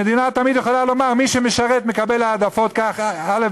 המדינה תמיד יכולה לומר: מי שמשרת מקבל העדפות א',